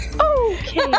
Okay